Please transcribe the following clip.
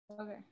okay